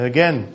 Again